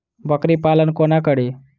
बकरी पालन कोना करि?